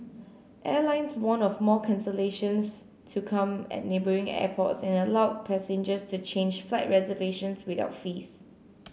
airlines warned of more cancellations to come at neighbouring airports and allowed passengers to change flight reservations without fees